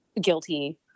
guilty